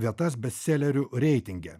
vietas bestselerių reitinge